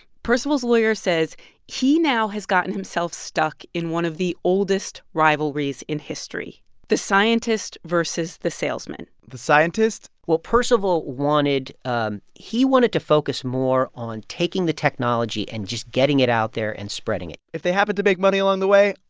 percival's lawyer says he now has gotten himself stuck in one of the oldest rivalries in history the scientist versus the salesman the scientist well, percival wanted ah he wanted to focus more on taking the technology and just getting it out there and spreading it if they happened to make money along the way,